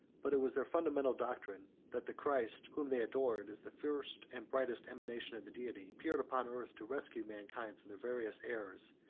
but it was their fundamental doctrine, that the christ whom they adored as the first and brightest emanation of the deity appeared upon earth to rescue mankind from their various errors,